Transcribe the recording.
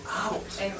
out